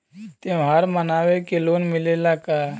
त्योहार मनावे के लोन मिलेला का?